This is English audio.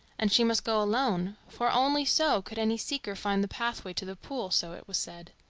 and she must go alone, for only so could any seeker find the pathway to the pool, so it was said.